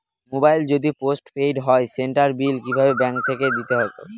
Mobile যদি post paid হয় সেটার বিল কিভাবে ব্যাংক থেকে দিতে পারব?